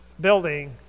building